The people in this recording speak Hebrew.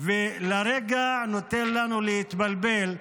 ולרגע נותן לנו להתבלבל,